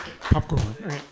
popcorn